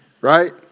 Right